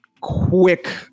quick